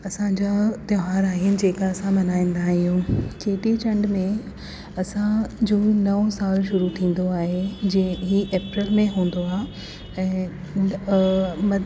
असांजा त्योहार आहिनि जेका असां मल्हाईंदा आहियूं चेटीचंड में असांजो नओ साल शुरू थींदो आहे जे इहा अप्रैल में हूंदो आहे ऐं